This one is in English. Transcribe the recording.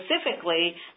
specifically